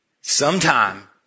Sometime